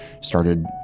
started